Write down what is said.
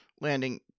landing